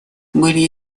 были